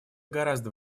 гораздо